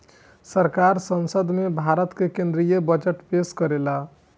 सरकार संसद में भारत के केद्रीय बजट पेस करेला